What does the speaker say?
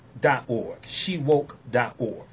SheWoke.org